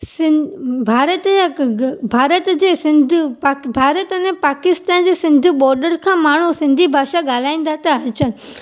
सिं भारत यां भारत जे सिंध पाक भारत अने पाकिस्तान जे सिंध ॿोडर खां माण्हू सिंधी भाषा ॻाल्हाईंदा था अचनि